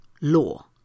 law